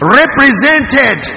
represented